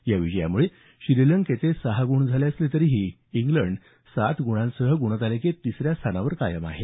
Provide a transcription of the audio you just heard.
या विजयामुळे श्रीलंकेचे सहा गुण झाले असले तरीही इंग्लंड सात गुणांसह गुणतालिकेत तिसऱ्या स्थानावर कायम आहे